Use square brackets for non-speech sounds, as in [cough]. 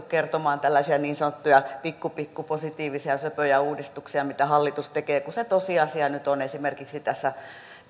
[unintelligible] kertomaan tällaisia niin sanottuja pikku pikku positiivisia söpöjä uudistuksia mitä hallitus tekee tosiasia nyt on esimerkiksi tässä